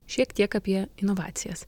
šiek tiek apie inovacijas